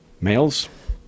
males